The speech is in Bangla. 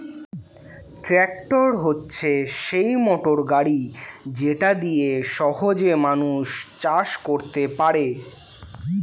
ট্র্যাক্টর হচ্ছে সেই মোটর গাড়ি যেটা দিয়ে সহজে মানুষ চাষ করতে পারে